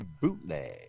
bootleg